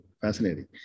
fascinating